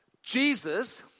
Jesus